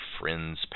friends